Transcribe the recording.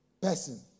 person